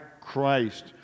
Christ